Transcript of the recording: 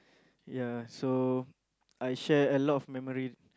ya so I share a lot of memory